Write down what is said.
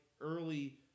early